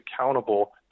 accountable